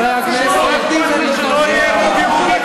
חבר הכנסת מיקי זוהר.